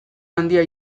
handia